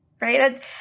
right